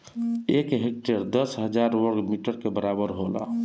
एक हेक्टेयर दस हजार वर्ग मीटर के बराबर होला